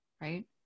Right